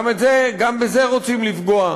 גם בזה רוצים לפגוע.